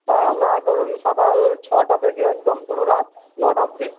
তাও আমরা ধরুন সকাল ছয়টা থেকে একদম পুরো রাত নটা অবধি